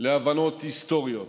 להבנות היסטוריות.